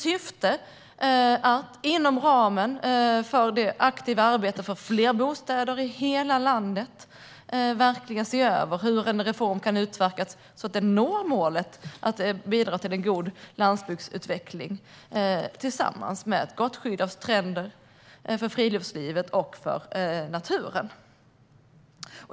Syftet är att inom ramen för det aktiva arbetet för fler bostäder i hela landet se över hur en reform kan utverkas så att vi når målet att bidra till en god landsbygdsutveckling - tillsammans med ett gott skydd för stränder, friluftsliv och natur.